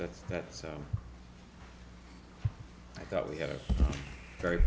that that so i thought we had a very